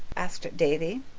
asked davy.